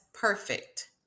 perfect